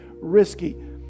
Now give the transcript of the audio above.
risky